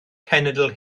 cenedl